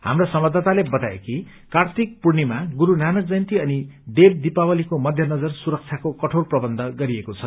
हाम्रा सम्वाददाताले बताए कि कार्तिक पूर्णिमा गुरू नानक जयन्ती अनि देव दिपावलीको मध्यनजर सुरक्षाको कठोर प्रबन्ध गरिएको छ